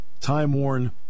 time-worn